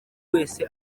wese